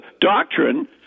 doctrine